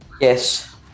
Yes